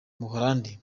buholandi